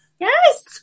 Yes